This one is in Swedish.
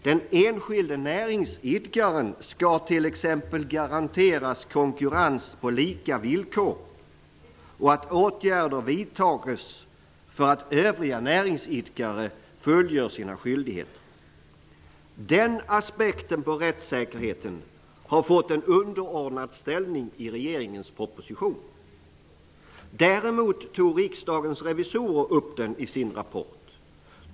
Den enskilde näringsidkaren skall t.ex. garanteras konkurrens på lika villkor och att åtgärder vidtas för att övriga näringsidkare fullgör sina skyldigheter. Denna aspekt på rättssäkerheten har fått en underordnad ställning i regeringens proposition. Däremot tog riksdagens revisorer upp den i sin rapport.